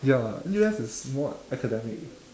ya N_U_S is more academic